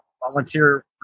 volunteer